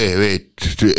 wait